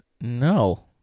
no